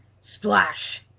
splash!